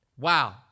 Wow